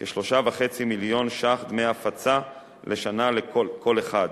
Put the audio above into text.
כ-3.5 מיליון שקלים דמי הפצה לשנה כל אחד.